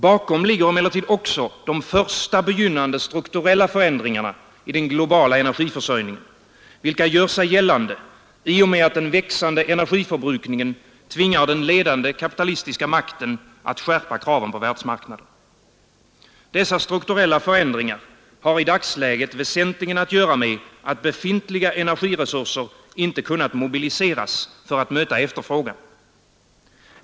Bakom ligger emellertid också de första begynnande strukturella förändringarna i den globala energiförsörjningen, vilka gör sig gällande i och med att den växande energiförbrukningen tvingar den ledande kapitalistiska makten att skärpa kraven på världsmarknaden. Dessa strukturella förändringar har i dagsläget väsentligen att göra med att befintliga energiresurser inte kunnat mobiliseras för att möta efterfrågan.